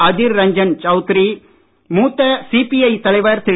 அதீர் ரஞ்சன் சவுத்ரி மூத்த சிபிஐ தலைவர் திரு